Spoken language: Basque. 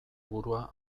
burua